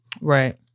right